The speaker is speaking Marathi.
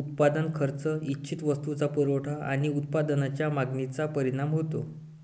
उत्पादन खर्च, इच्छित वस्तूचा पुरवठा आणि उत्पादनाच्या मागणीचा परिणाम होतो